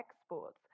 exports